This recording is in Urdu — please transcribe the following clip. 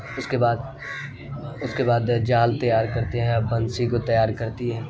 اس کے بعد اس کے بعد جال تیار کرتے ہیں اور بنسی کو تیار کرتی ہے